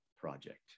project